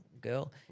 girl